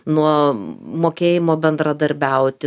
nuo mokėjimo bendradarbiauti